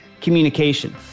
communication